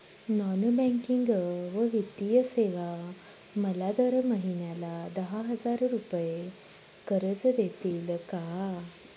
Non banking व वित्तीय सेवा मला दर महिन्याला दहा हजार रुपये कर्ज देतील का?